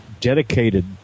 dedicated